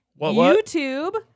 YouTube